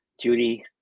Judy